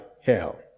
hell